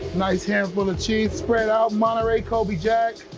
nice handful of cheese spread out monterey, colby-jack.